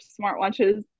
smartwatches